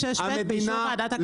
36(ב) באישור ועדת הכלכלה.